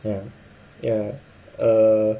ya ya err